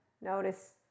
notice